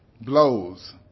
blows